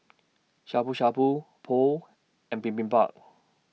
Shabu Shabu Pho and Bibimbap